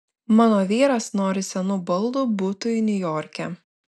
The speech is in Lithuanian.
mano vyras nori senų baldų butui niujorke